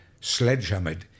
sledgehammered